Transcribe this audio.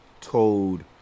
told